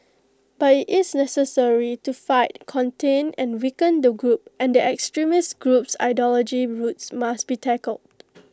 but IT is necessary to fight contain and weaken the group and the extremist group's ideology roots must be tackled